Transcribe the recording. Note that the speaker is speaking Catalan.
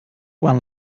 quan